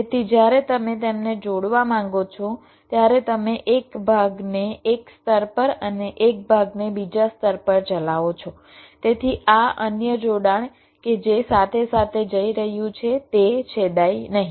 તેથી જ્યારે તમે તેમને જોડવા માંગો છો ત્યારે તમે એક ભાગને એક સ્તર પર અને એક ભાગને બીજા સ્તર પર ચલાવો છો જેથી આ અન્ય જોડાણ કે જે સાથે સાથે જઈ રહ્યું છે તે છેદાય નહીં